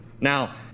Now